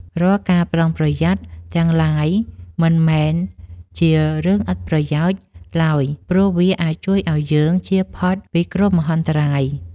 រាល់ការប្រុងប្រយ័ត្នទាំងឡាយមិនមែនជារឿងឥតប្រយោជន៍ឡើយព្រោះវាអាចជួយឱ្យយើងចៀសផុតពីគ្រោះមហន្តរាយ។